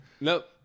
Nope